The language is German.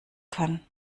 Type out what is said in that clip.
kann